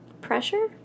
Pressure